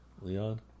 Leon